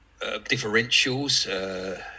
differentials